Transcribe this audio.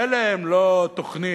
ואין להם, לא תוכנית,